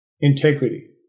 integrity